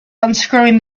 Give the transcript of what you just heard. unscrewing